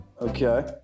Okay